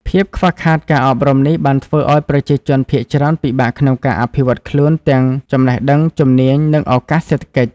ភាពខ្វះខាតការអប់រំនេះបានធ្វើឱ្យប្រជាជនភាគច្រើនពិបាកក្នុងការអភិវឌ្ឍន៍ខ្លួនទាំងចំណេះដឹង ជំនាញ និងឱកាសសេដ្ឋកិច្ច។